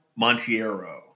Montiero